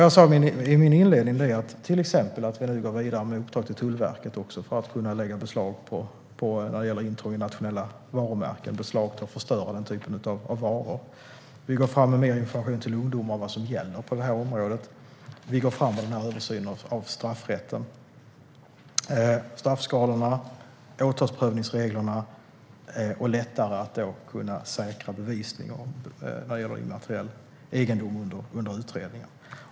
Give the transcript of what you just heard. Jag sa i min inledning att vi nu till exempel går vidare med uppdrag till Tullverket för att när det gäller intrång på nationella varumärken kunna lägga beslag på och förstöra den typen av varor. Vi går fram med mer information till ungdomar om vad som gäller på området. Vi går fram med översynen av straffrätten, straffskalorna, åtalsprövningsreglerna och att göra det lättare att kunna säkra bevisning när det gäller immateriell egendom under utredningar.